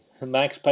Max